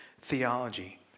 theology